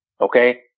Okay